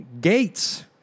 Gates